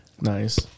Nice